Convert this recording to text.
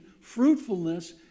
fruitfulness